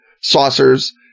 saucers